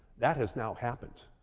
that has now happened.